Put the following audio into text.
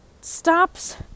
stops